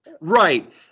Right